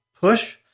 push